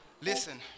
Listen